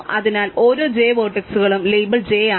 അതിനാൽ ഓരോ j വെർട്ടെക്സുകളും ലേബൽ j ആണ്